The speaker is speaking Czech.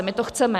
My to chceme.